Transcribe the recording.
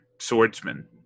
swordsman